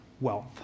wealth